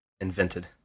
invented